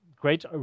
great